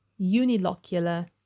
unilocular